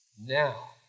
Now